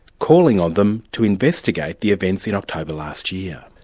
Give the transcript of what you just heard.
calling on them to investigate the events in october last year.